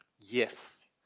Yes